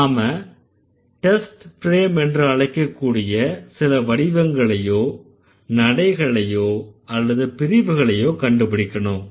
நாம் test frame என்று அழைக்கக்கூடிய சில வடிவங்களையோ நடைகளையோ அல்லது பிரிவுகளையோ கண்டுபிடிக்கனும்